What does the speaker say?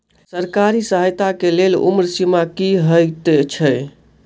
सरकारी सहायता केँ लेल उम्र सीमा की हएत छई?